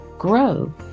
Grow